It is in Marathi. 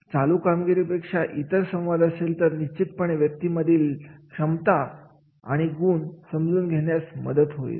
चालू कामगिरीपेक्षा इतर संवाद असेल तर निश्चितपणे व्यक्तीमधील क्षमता आणि गुण समजून घेण्यास मदत होईल